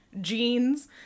Jeans